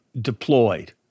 deployed